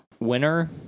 Winner